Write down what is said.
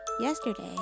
Yesterday